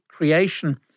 Creation